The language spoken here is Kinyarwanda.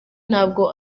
ntabwo